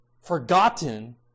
forgotten